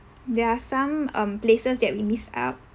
there are some um places that we miss out